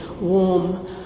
warm